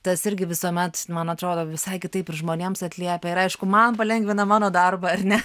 tas irgi visuomet man atrodo visai kitaip ir žmonėms atliepia ir aišku man palengvina mano darbą ar ne